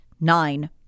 nine